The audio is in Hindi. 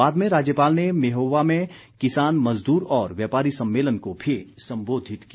बाद में राज्यपाल ने पेहोवा में किसान मजदूर और व्यापारी सम्मेलन को भी संबोधित किया